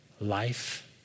life